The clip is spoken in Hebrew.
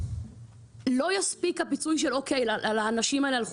לא יספיק הפיצוי של הנשים האלו שהלכו